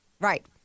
Right